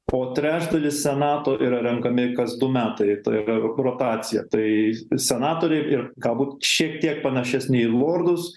o trečdalis senato yra renkami kas du metai tai yra rotacija tai senatoriai ir galbūt šiek tiek panašesni į lordus